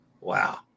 Wow